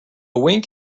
wink